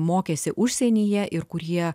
mokėsi užsienyje ir kur jie